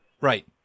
Right